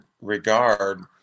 regard